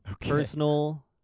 personal